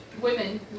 women